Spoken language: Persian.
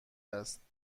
است